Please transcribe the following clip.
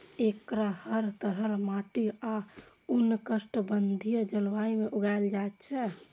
एकरा हर तरहक माटि आ उष्णकटिबंधीय जलवायु मे उगायल जाए छै